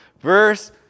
Verse